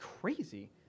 crazy